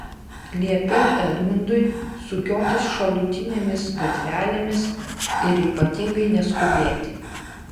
liepiau edmundui sukiotis šalutinėmis gatvelėmis ir ypatingai neskubėti